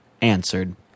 answered